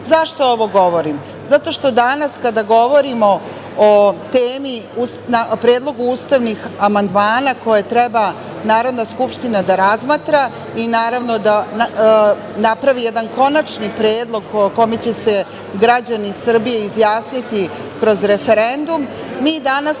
ovo govorim? Zato što danas kada govorimo o predlogu ustavnih amandmana, koje treba Narodna skupština da razmatra i da napravi jedan konačni predlog o kome će se građani Srbije izjasniti kroz referendum, mi danas